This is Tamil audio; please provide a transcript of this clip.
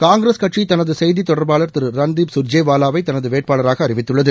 காங்கிரஸ் கட்சி தனது செய்தி தொடர்பாளர் திரு ரன்தீப் கர்ஜேவாலாவை தனது வேட்பாளராக அறிவித்துள்ளது